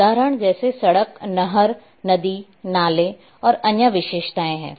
उदाहरण जैसे सड़क नहर नदी नाले और अन्य विशेषताएं हैं